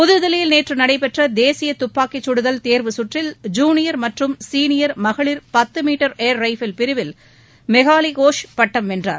புதுதில்லியில் நேற்று நடைபெற்ற தேசிய துப்பாக்கிச் சுடுதல் தோ்வு சுற்றில் ஜூனியா் மற்றும் சீனியா் மகளிர் பத்து மீட்டர் ஏர் ரைஃபிள் பிரிவில் மெகாலி கோஷ் பட்டம் வென்றார்